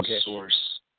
source